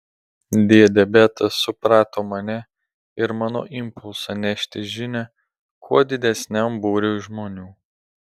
dėdė betas suprato mane ir mano impulsą nešti žinią kuo didesniam būriui žmonių